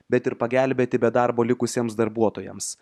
bet ir pagelbėti be darbo likusiems darbuotojams